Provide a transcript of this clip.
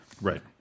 Right